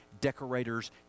decorators